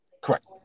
Correct